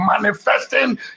manifesting